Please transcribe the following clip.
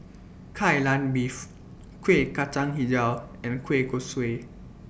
Kai Lan Beef Kuih Kacang Hijau and Kueh Kosui